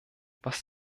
was